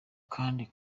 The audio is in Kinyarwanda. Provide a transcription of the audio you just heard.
kandi